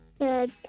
Good